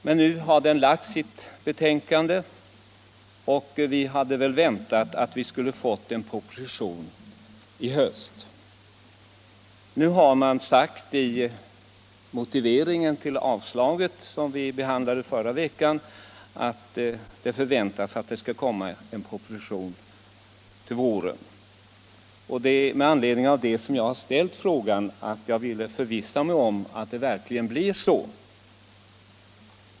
Men nu har utredningen framlagt sitt betänkande, och vi hade väl väntat att vi skulle ha fått en proposition i höst. I motiveringen till det yrkande om avslag på väckta motioner som vi behandlade i förra veckan sades att en proposition förväntas komma till våren. Det är med anledning av detta som jag har ställt frågan —- jag ville förvissa mig om att det verkligen blir så.